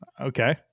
Okay